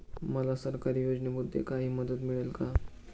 मला सरकारी योजनेमध्ये काही मदत मिळेल का?